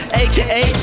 aka